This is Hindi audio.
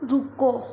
रुको